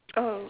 oh